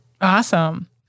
Awesome